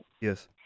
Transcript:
Yes